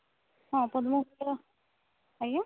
ହଁ ପଦ୍ମ ଫୁଲ ଆଜ୍ଞା